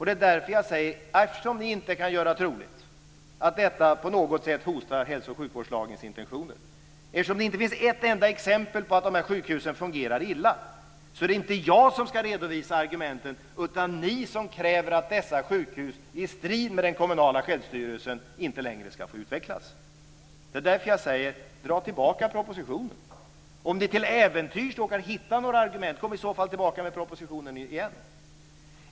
Det är därför jag säger: Eftersom ni inte kan göra troligt att detta på något sätt hotar hälso och sjukvårdslagens intentioner, eftersom det inte finns ett enda exempel på att de här sjukhusen fungerar illa, är det inte jag som ska redovisa argumenten utan ni, som kräver att dessa sjukhus i strid med den kommunala självstyrelsen inte längre ska få utvecklas. Det är därför jag säger: Dra tillbaka propositionen! Om ni till äventyrs kan hitta några argument kan ni i så fall komma tillbaka med propositionen igen.